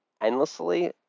endlessly